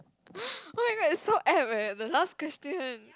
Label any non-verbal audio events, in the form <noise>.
<laughs> oh-my-god it's so apt leh the last question